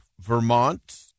Vermont